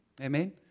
Amen